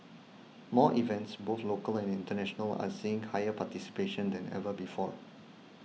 more events both local and international are seeing higher participation than ever before